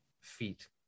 feet